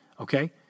Okay